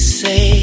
say